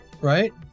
right